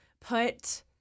put